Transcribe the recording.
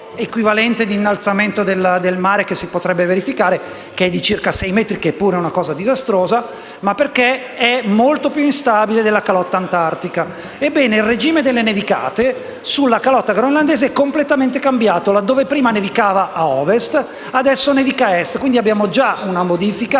il regime delle nevicate sulla calotta groenlandese è completamente cambiato. Laddove prima nevicava ad ovest, adesso nevica ad est, quindi abbiamo già una modifica